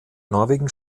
norwegen